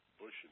Bush